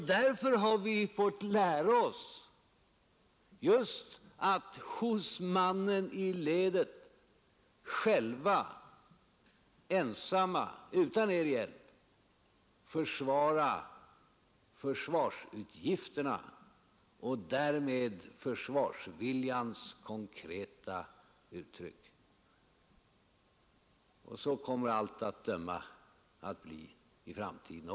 Därför har vi fått lära oss att utan er hjälp hos ”mannen i ledet” motivera de försvarsutgifter, som utgör det konkreta uttrycket för försvarsviljan. Så kommer det av allt att döma även att bli i framtiden.